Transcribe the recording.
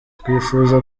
twifuza